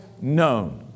known